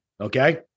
Okay